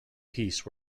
peace